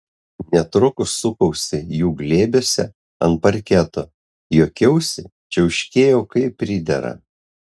netrukus sukausi jų glėbiuose ant parketo juokiausi čiauškėjau kaip pridera